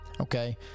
okay